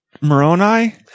Moroni